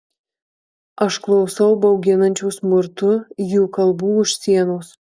aš klausau bauginančių smurtu jų kalbų už sienos